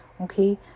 okay